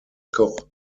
koch